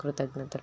కృతజ్ఞతలు